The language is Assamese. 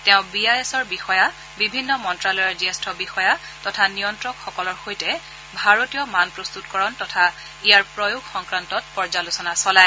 তেওঁ বি আই এছৰ বিষয়া বিভিন্ন মন্ত্যালয়ৰ জ্যেষ্ঠ বিষয়া তথা নিয়ন্ত্ৰকসকলৰ সৈতে ভাৰতীয় মান প্ৰস্তুতকৰণ তথা ইয়াৰ প্ৰয়োগ সংক্ৰান্তত পৰ্যালোচনা চলায়